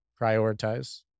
prioritize